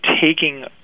taking